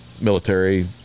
military